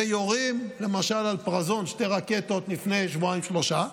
ויורים למשל על פרזון שתי רקטות לפני שבועיים-שלושה,